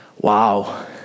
Wow